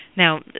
Now